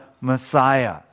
Messiah